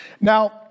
Now